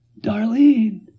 Darlene